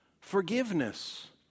forgiveness